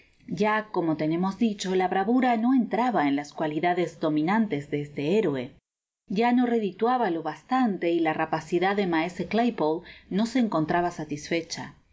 ya como tenemos dicho la bravura no ontraba en las cualidades dominantes de esle héroe ya no redituaba lo bastante y la rapacidad de maese claypole no se encontraba satisfecha